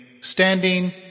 standing